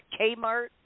Kmart